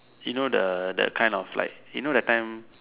you know the that kind of like you know that time